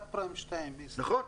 סאב פריים 2. נכון.